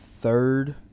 third